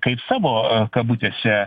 kaip savo kabutėse